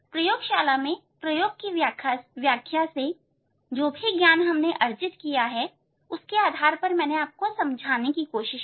प्रयोगशाला में प्रयोग की व्याख्या से जो भी ज्ञान हमने अर्जित किया उसके आधार पर मैंने यह समझाने की कोशिश की